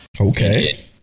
Okay